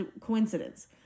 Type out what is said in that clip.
coincidence